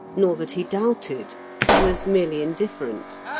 nor that he doubted he was merely indifferent.